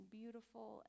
beautiful